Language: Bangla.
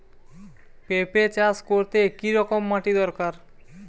পেঁপে চাষ করতে কি রকম মাটির দরকার?